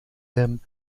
them